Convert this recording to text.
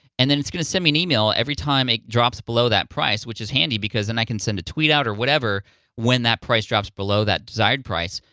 and then it's gonna send me an email every time it drops below that price, which is handy because then i can send a tweet out or whatever when that price drops below that desired price,